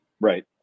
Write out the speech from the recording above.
Right